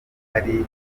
ari